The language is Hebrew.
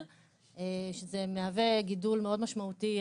שזה מהווה גידול מאוד משמעותי.